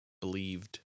believed